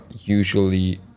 usually